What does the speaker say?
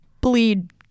bleed